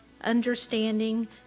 understanding